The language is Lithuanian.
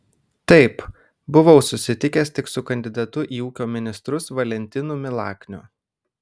taip buvau susitikęs tik su kandidatu į ūkio ministrus valentinu milakniu